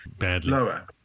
lower